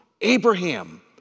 Abraham